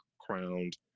crowned